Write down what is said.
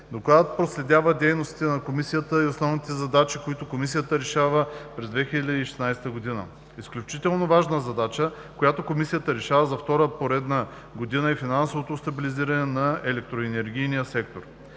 Докладът проследява дейностите на Комисията и основните задачи, които Комисията решава през 2016 година. Изключително важна задача, която Комисията решава за втора поредна година, е финансовото стабилизиране на електроенергийния сектор.